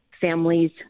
families